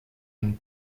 une